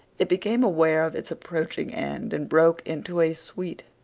it became aware of its approaching end and broke into a sweet,